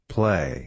Play